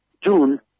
June